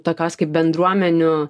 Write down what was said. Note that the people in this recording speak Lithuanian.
tokios kaip bendruomenių